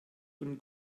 von